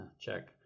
check